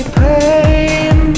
pain